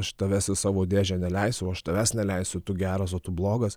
aš tavęs į savo dėžę neleisiu o aš tavęs neleisiu tu geras o tu blogas